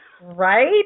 Right